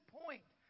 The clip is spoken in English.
point